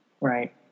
Right